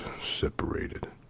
separated